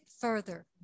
further